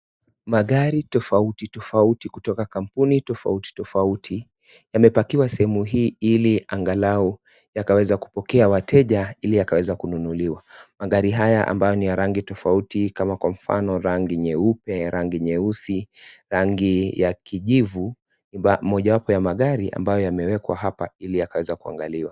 Magari tofauti tofauti kutoka kampuni tofauti tofauti yamepakiwa sehemu hii ili angalau yakaweza kupokea wateja ili yakaweza kununuliwa. Magari haya ambayo ni ya rangi tofauti kama kwa mfano rangi nyeupe, rangi nyeusi, rangi ya kijivu mojawapo ya magari ambayo yamewekwa hapa ili yakaweza kuangaliwa.